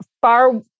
far